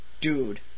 Dude